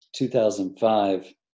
2005